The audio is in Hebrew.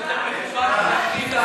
תתביישו לכם.